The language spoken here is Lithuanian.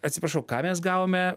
atsiprašau ką mes gavome